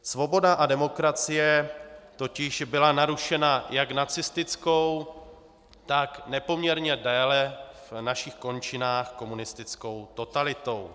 Svoboda a demokracie totiž byla narušena jak nacistickou, tak nepoměrně déle v našich končinách komunistickou totalitou.